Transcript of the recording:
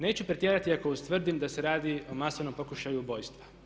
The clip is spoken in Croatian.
Neću pretjerati ako ustvrdim da se radi o masovnom pokušaju ubojstva.